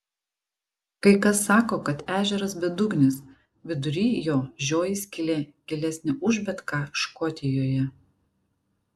kai kas sako kad ežeras bedugnis vidury jo žioji skylė gilesnė už bet ką škotijoje